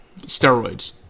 steroids